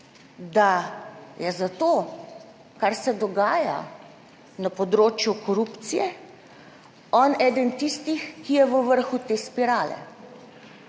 da je za to, kar se dogaja na področju korupcije, on eden tistih, ki je v vrhu te spirale.